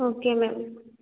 okay ma'am